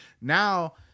Now